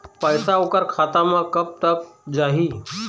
पैसा ओकर खाता म कब तक जाही?